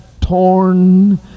torn